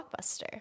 Blockbuster